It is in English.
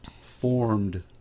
formed